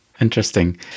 Interesting